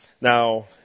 Now